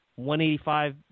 185